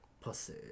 pussy